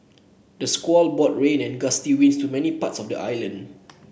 the squall brought rain and gusty winds to many parts of the island